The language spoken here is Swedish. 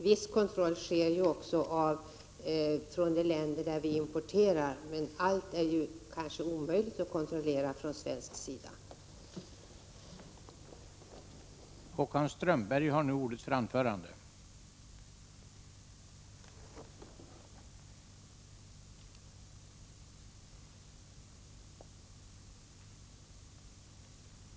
Viss kontroll sker också i de länder som vi importerar från, men det är omöjligt att från svensk sida kontrollera allt.